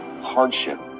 hardship